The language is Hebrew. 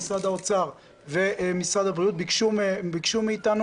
משרד האוצר ומשרד הבריאות ביקשו מאיתנו